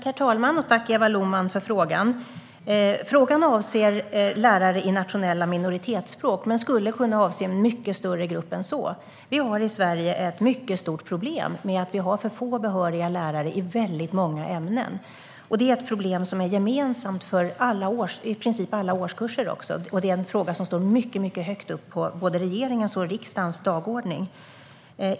Herr talman! Tack, Eva Lohman, för frågan! Frågan avser lärare i nationella minoritetsspråk men skulle kunna avse en mycket större grupp än så. Vi har i Sverige ett mycket stort problem med att vi har för få behöriga lärare i många ämnen. Det är ett problem som är gemensamt för i princip alla årskurser, och det är en fråga som står mycket högt upp på både regeringens och riksdagens dagordning.